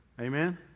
Amen